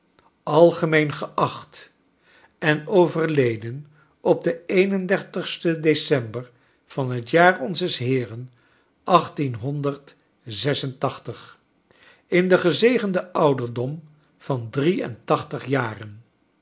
algemeen geacht en overleden den slsten december van het jaar onzes heeren achttienhonderdzesentachtig in den gezegenden ouderdom van drie en tachtig jaren